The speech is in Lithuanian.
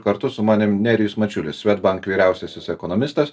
kartu su manim nerijus mačiulis swedbank vyriausiasis ekonomistas